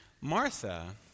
Martha